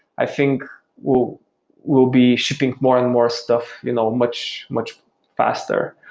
i think we'll we'll be shipping more and more stuff you know much much faster.